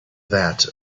vat